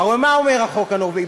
הלוא מה אומר החוק הנורבגי?